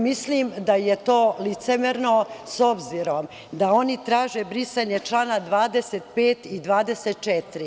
Mislim da je to licemerno, s obzirom da oni traže brisanje člana 25. i 24.